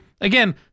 again